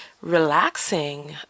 relaxing